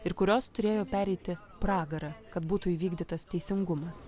ir kurios turėjo pereiti pragarą kad būtų įvykdytas teisingumas